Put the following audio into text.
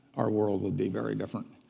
our world would be very different.